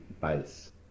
base